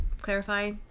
clarify